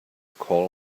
call